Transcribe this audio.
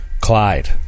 Clyde